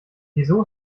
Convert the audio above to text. wieso